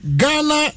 Ghana